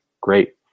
Great